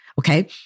Okay